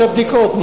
זה הבדיקות.